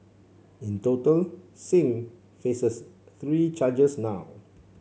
in total Singh faces three charges now